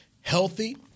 healthy